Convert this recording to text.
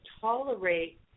tolerate